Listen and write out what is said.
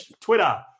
Twitter